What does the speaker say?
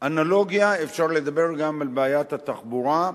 אנלוגיה אפשר לדבר גם על בעיית התחבורה,